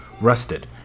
rusted